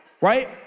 right